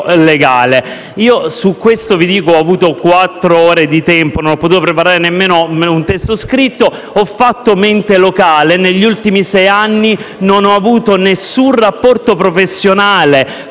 il mio. Su questo vi dico che, avendo avuto quattr'ore di tempo, non ho potuto preparare nemmeno un testo scritto, ma ho fatto mente locale: negli ultimi sei anni non ho avuto alcun rapporto professionale